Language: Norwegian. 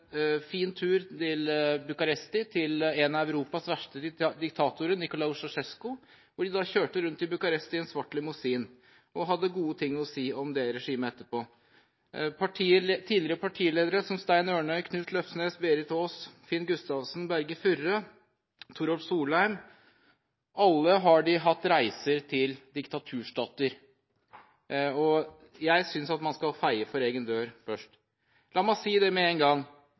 fin tur til Bucureşti, til en av Europas verste diktatorer, Nicolae Ceauşescu, hvor de kjørte rundt i en svart limousin og hadde gode ting å si om det regimet etterpå. Tidligere partiledere, som Stein Ørnhøi, Knut Løfsnes, Berit Ås, Finn Gustavsen, Berge Furre og Torolv Solheim har alle hatt reiser til diktaturstater. Jeg synes at man skal feie for egen dør først. La meg si det med en gang: